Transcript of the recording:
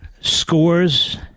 scores